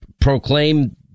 proclaim